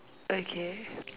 okay